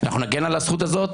אנחנו נגן על הזכות הזאת